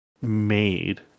made